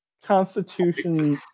Constitution